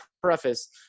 preface